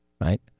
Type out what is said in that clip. Right